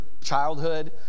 childhood